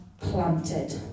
planted